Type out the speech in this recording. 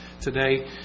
today